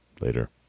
later